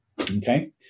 okay